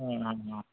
ಹ್ಞೂ ಹಾಂ ಹಾಂ